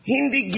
Hindi